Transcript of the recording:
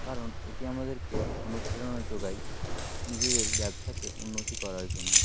কারণ এটি আমাদেরকে অনুপ্রেরণা জোগায় নিজেদের ব্যবসাকে উন্নতি করার জন্য